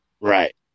Right